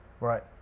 Right